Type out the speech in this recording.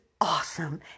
awesome